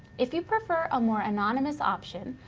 if you prefer a more anonymous option,